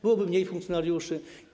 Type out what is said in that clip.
Byłoby mniej funkcjonariuszy.